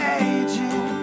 aging